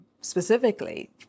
specifically